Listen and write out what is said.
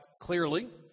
clearly